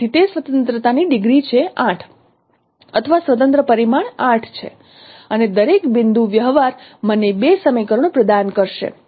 તેથી તે સ્વતંત્રતાની ડિગ્રી છે 8 અથવા સ્વતંત્ર પરિમાણ 8 છે અને દરેક બિંદુ વ્યવહાર મને 2 સમીકરણો પ્રદાન કરે છે